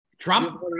Trump